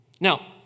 Now